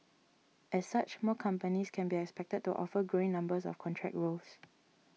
as such more companies can be expected to offer growing numbers of contract roles